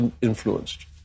influenced